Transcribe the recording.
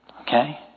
Okay